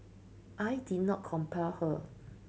I did not compel her